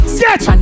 get